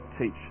teach